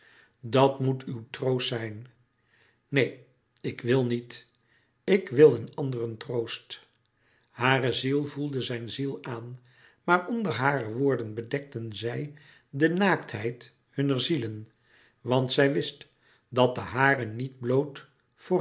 dat moet uw troost zijn neen ik wil niet ik wil een anderen troost hare ziel voelde zijn ziel aan maar onder hare woorden bedekte zij de naaktheid hunner zielen want zij wist dat de hare niet bloot